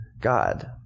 God